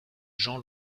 jean